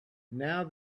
now